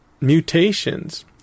mutations